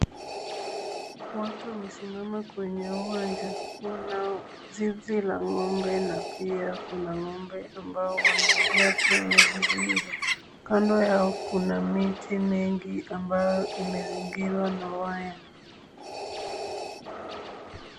Watu wamesimama kwenye uwanja. Kuna zizi la ng'ombe na pia kuna ng'ombe ambao wanaingia kwenye zizi hilo. Kando yao kuna miti mingi ambayo imezingirwa na waya.